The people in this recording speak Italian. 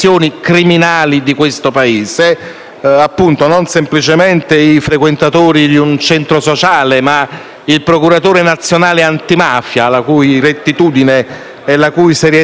Paese. Non semplicemente i frequentatori di un centro sociale ma il procuratore nazionale antimafia, la cui rettitudine e la cui serietà tutti conosciamo,